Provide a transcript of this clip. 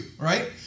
right